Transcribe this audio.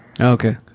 okay